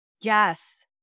Yes